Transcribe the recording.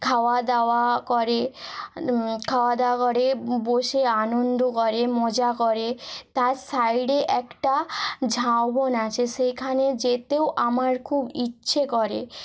খাওয়া দাওয়া করে খাওয়া দাওয়া করে বসে আনন্দ করে মজা করে তার সাইডে একটা ঝাউবন আছে সেইখানে যেতেও আমার খুব ইচ্ছে করে